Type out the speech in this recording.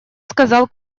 сказал